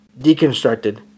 deconstructed